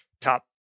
top